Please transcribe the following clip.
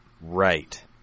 Right